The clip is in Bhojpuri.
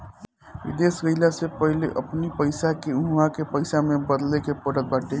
विदेश गईला से पहिले अपनी पईसा के उहवा के पईसा में बदले के पड़त बाटे